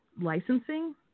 licensing